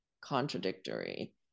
contradictory